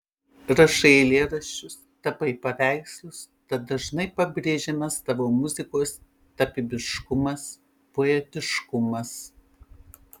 rašai eilėraščius tapai paveikslus tad dažnai pabrėžiamas tavo muzikos tapybiškumas poetiškumas